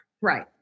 Right